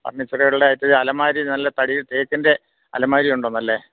ഫർണിച്ചറകളുടെയായിട്ട് ഈ അലമാരി നല്ല തടി തേക്കിൻ്റെ അലമാരി ഉണ്ടോ നല്ല